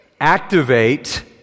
Activate